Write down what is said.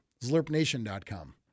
ZlurpNation.com